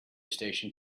station